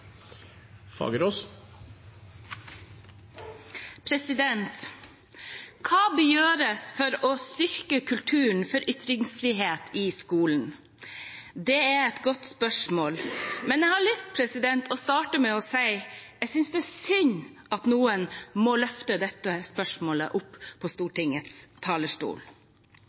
et godt spørsmål. Jeg har lyst til å starte med å si at jeg synes det er synd at noen må løfte dette spørsmålet opp på Stortingets talerstol.